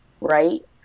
Right